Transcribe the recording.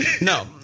No